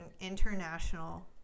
international